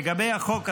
לגבי החוק הזה,